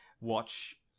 watch